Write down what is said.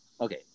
Okay